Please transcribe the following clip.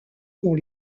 pour